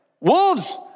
Wolves